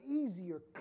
easier